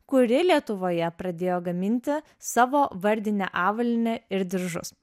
kuri lietuvoje pradėjo gaminti savo vardinę avalynę ir diržus